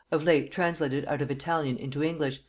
of late translated out of italian into english,